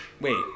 Wait